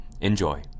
Enjoy